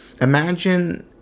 imagine